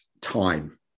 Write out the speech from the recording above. time